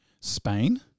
Spain